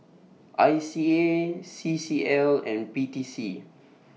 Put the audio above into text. I C A C C L and P T C